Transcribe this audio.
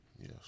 Yes